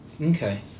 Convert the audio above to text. Okay